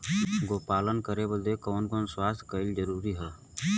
गोपालन करे बदे कवन कवन व्यवस्था कइल जरूरी ह?